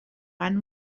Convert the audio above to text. fan